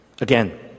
again